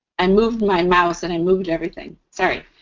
and moved my mouse, and i moved everything. sorry.